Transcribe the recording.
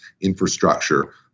infrastructure